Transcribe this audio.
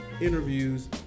interviews